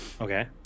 Okay